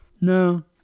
No